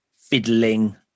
fiddling